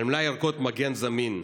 על מלאי ערכות מגן זמין,